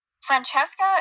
Francesca